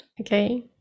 Okay